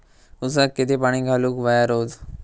ऊसाक किती पाणी घालूक व्हया रोज?